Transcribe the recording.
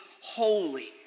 holy